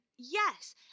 Yes